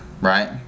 right